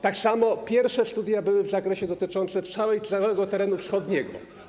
Tak samo pierwsze studia były w zakresie dotyczącym całego terenu wschodniego.